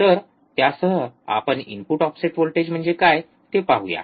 तर त्यासह आपण इनपुट ऑफसेट व्होल्टेज म्हणजे काय ते पाहूया